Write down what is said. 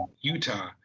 Utah